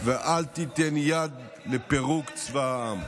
ואל תיתן יד לפירוק צבא העם.